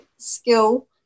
skill